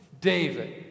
David